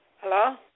Hello